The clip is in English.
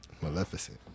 Maleficent